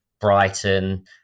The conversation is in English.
Brighton